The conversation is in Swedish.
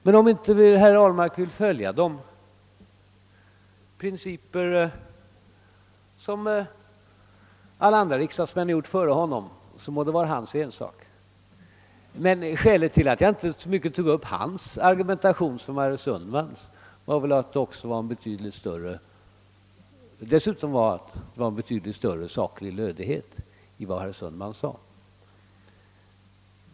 Men om herr Ahlmark inte vill följa de principer som alla andra riksdagsmän följt må det vara hans ensak. Skälet till att jag inte så mycket tog upp herr Ahlmarks argumentation som herr Sundmans var dessutom att det fanns en betydligt större saklig lödighet i vad herr Sundman sade.